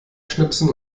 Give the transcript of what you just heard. schnipsen